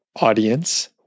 audience